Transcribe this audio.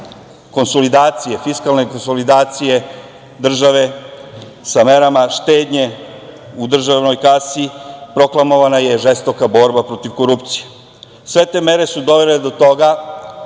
konsolidacije, fiskalne konsolidacije države, sa merama štednje u državnoj kasi i proklamovana je žestoka borba protiv korupcije. Sve te mere su dovele do toga